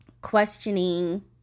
questioning